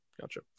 Gotcha